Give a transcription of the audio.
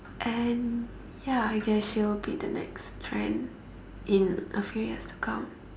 and ya I guess she will be the next trend in a few years to come